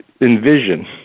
envision